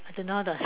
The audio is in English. I don't know how to